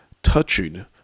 touching